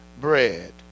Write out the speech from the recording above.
bread